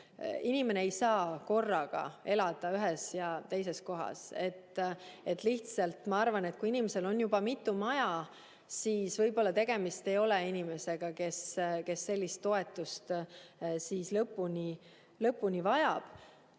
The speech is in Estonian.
Inimene ei saa korraga elada ühes ja teises kohas. Lihtsalt ma arvan, et kui inimesel on juba mitu maja, siis võib-olla tegemist ei ole inimesega, kes sellist toetust vajab. Teine pool